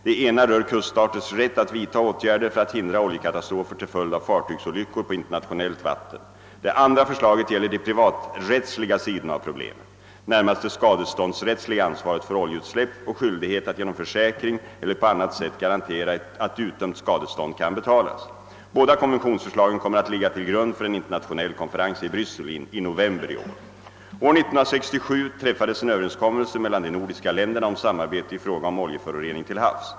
Det ena rör kuststaters rätt att vidta åtgärder för att hindra oljekatastrofer till följd av fartygsolyckor på internationellt vatten. Det andra förslaget gäller de privaträttsliga sidorna av problemet, närmast det skade ståndsrättsliga ansvaret för oljeutsläpp och skyldighet att genom försäkring eller på annat sätt garantera att utdömt skadestånd kan betalas. Båda konventionsförslagen kommer att ligga till grund för en internationell konferens i Bryssel i november i år. År 1967 träffades en överenskommelse mellan de nordiska länderna om samarbete i fråga om oljeförorening till havs.